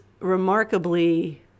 remarkably